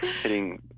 hitting